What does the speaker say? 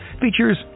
features